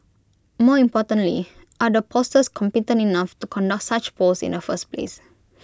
more importantly are the pollsters competent enough to conduct such polls in the first place